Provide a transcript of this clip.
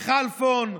לכלפון,